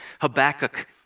Habakkuk